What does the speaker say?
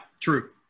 true